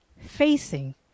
Facing